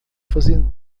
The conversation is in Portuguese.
fazendo